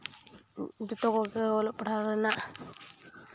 ᱡᱚᱛᱚ ᱠᱚᱜᱮ ᱚᱞᱚᱜ ᱯᱟᱲᱦᱟᱣ ᱨᱮᱱᱟᱜ